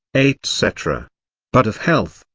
etc. but of health,